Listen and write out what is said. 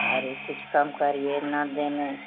अरे कुछ कम करिए ना देने